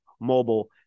mobile